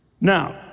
Now